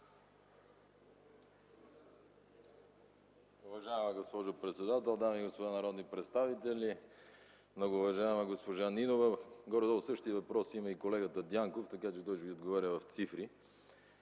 Уважаема госпожо председател, дами и господа народни представители, многоуважаема госпожо Нинова! Горе-долу същият въпрос има и колегата Дянков, но той ще Ви отговаря с цифри,